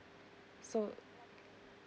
so